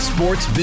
Sports